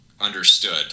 understood